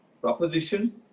proposition